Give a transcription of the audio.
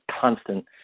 constant